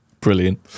Brilliant